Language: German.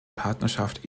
partnerschaft